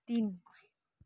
तिन